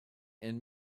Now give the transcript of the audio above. and